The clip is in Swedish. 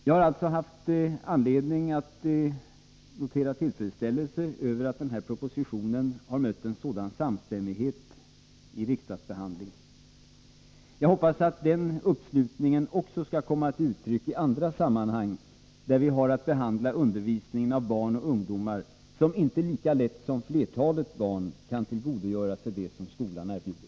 Jag har alltså haft anledning att notera tillfredsställelse över att propositionen har mött en sådan samstämmighet vid riksdagsbehandlingen. Jag hoppas att uppslutningen också skall komma till uttryck i andra sammanhang där vi har att behandla undervisningen av barn och ungdomar som inte lika lätt som flertalet barn kan tillgodogöra sig det som skolan erbjuder.